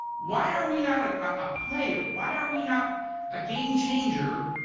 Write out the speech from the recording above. why are we not a player? why are we not a game changer,